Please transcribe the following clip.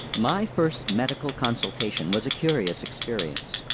my first medical consultation was a curious experience.